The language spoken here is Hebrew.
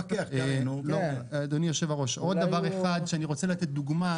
עוד דבר אחד שאני רוצה לתת דוגמה